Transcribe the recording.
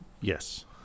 Yes